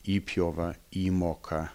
įpjovą įmoką